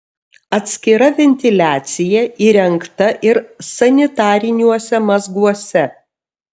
atskira ventiliacija įrengta ir sanitariniuose mazguose